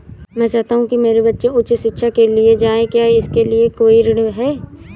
मैं चाहता हूँ कि मेरे बच्चे उच्च शिक्षा के लिए जाएं क्या इसके लिए कोई ऋण है?